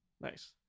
Nice